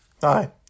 Hi